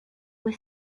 was